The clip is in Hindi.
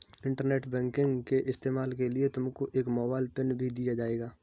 इंटरनेट बैंकिंग के इस्तेमाल के लिए तुमको एक मोबाइल पिन भी दिया जाएगा